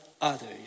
others